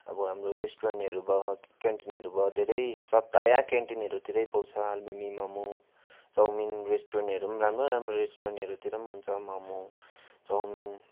अब हाम्रो रेस्ट्रुरेन्टहरू भयो क्यान्टिनहरू भयो धेरै स प्राय क्यान्टिनहरूतिरै पाउँछ आलुमिमी मोमो चाउमिन रेस्ट्रुरेन्टहरू पनि राम्रो राम्रो रेस्ट्रुरेन्टहरूतिर पनि हुन्छ मोमो चाउमिन